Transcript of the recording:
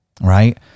right